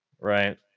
right